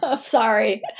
Sorry